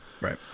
Right